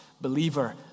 believer